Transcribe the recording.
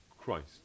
Christ